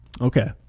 Okay